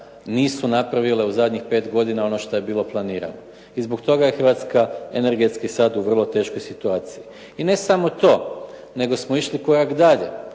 nisu napravila u zadnjih pet godina ono što je bilo planirano i zbog toga je Hrvatska energetski sad u vrlo teškoj situaciji. I ne samo to, nego smo išli korak dalje,